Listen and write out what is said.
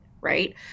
right